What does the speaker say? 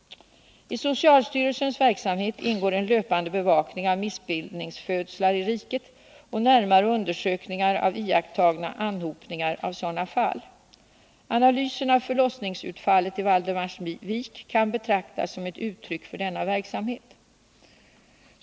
I socialstyrelsens verksamhet ingår en löpande bevakning av missbildningsfödslar i riket och närmare undersökningar av iakttagna anhopningar av sådana fall. Analysen av förlossningsutfallet i Valdemarsvik kan betraktas som ett uttryck för denna verksamhet.